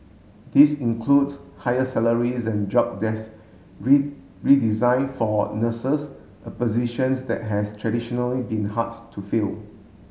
this includes higher salaries and job redesign for nurses a positions that has traditionally been hard to fill